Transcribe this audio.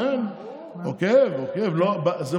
אי-אפשר להאשים.